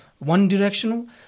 one-directional